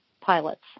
pilots